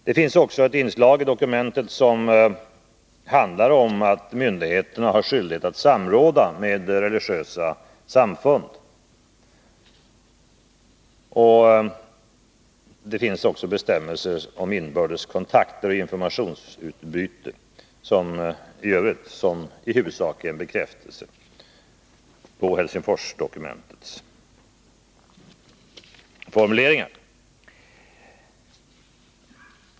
Det finns också ett inslag i dokumentet som handlar om att myndigheterna har skyldighet att samråda med religiösa samfund. Vidare finns det bestämmelser om inbördes kontakter och informationsutbyte i övrigt, vilket i huvudsak är en bekräftelse av Helsingforsdokumentets formuleringar.